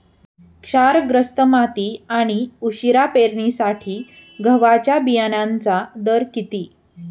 क्षारग्रस्त माती आणि उशिरा पेरणीसाठी गव्हाच्या बियाण्यांचा दर किती?